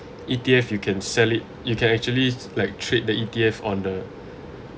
E_T_F you can sell it you can actually like trade the E_T_F on the